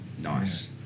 nice